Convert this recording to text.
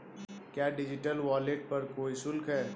क्या digital wallet पर कोई शुल्क है?